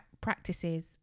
practices